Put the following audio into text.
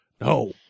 No